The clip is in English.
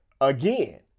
again